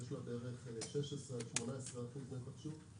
לצים יש בערך 16% עד 18% נתח שוק.